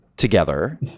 together